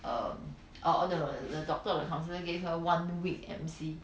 um oh no no no the doctor or the counsellor gave her one week M_C